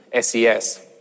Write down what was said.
SES